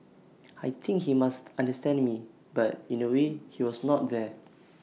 I think he must understanding me but in A way he was not there